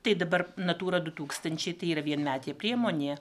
tai dabar natūra du tūkstančiai tai yra vienmetė priemonė